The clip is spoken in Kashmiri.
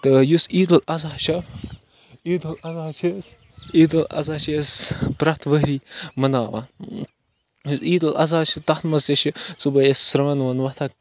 تہٕ یُس عیٖد الضحیٰ چھُ عیٖد الضحیٰ چھِ أسۍ عیٖد الضحیٰ چھِ أسۍ پرٛٮ۪تھ ؤہری مناوان عیٖد الضحیٰ چھِ تَتھ منٛز تہِ چھِ صُبحٲے أسۍ سرٛان وان وۄتھان